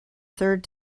third